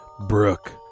Brooke